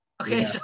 Okay